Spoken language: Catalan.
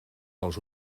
dels